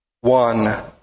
One